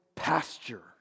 pasture